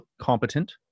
competent